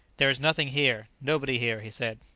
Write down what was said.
there is nothing here nobody here, he said.